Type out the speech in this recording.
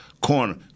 corner